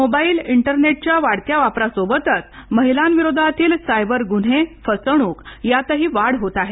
mobile इंटरनेटच्या वाढत्या वापरासोबतच महिलांविरोधातील सायबर गुन्हे फसवणूक यातही वाढ होत आहे